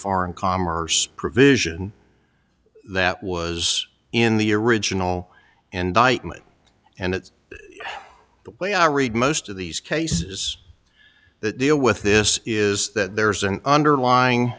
foreign commerce provision that was in the original indictment and it's the way i read most of these cases that deal with this is that there's an underlying